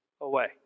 away